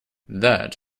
that